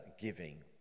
giving